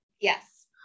Yes